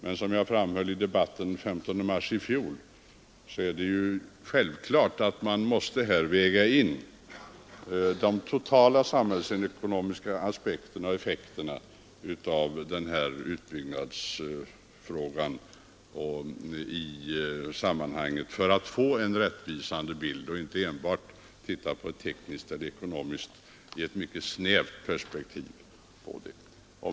Men som jag framhöll i debatten den 15 mars i fjol är det självklart att man här måste väga in de totala samhällsekonomiska effekterna av utbyggnadsfrågan för att få en rättvisande bild. Man kan inte bara titta på det tekniskt och ekonomiskt i ett mycket snävt perspektiv.